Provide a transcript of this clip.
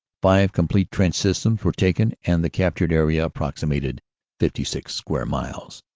five complete trench systems were taken and the captured area approxitnated fifty six square miles,